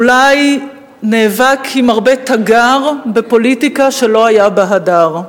אולי נאבק עם הרבה "תגר" בפוליטיקה שלא היה בה "הדר".